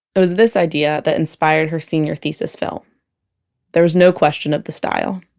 it was this idea that inspired her senior thesis film there was no question of the style